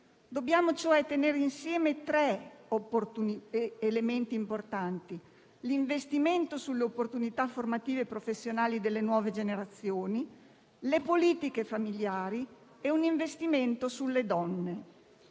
Dobbiamo cioè tenere insieme tre elementi importanti: l'investimento sulle opportunità formative e professionali delle nuove generazioni, le politiche familiari e un investimento sulle donne.